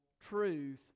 truth